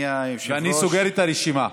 אני סוגר את הרשימה.